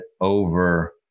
over